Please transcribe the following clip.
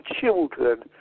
children